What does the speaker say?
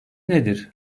nedir